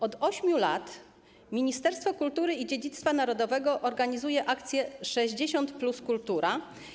Od 8 lat Ministerstwo Kultury i Dziedzictwa Narodowego organizuje akcję ˝60+ kultura.